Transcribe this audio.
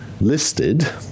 listed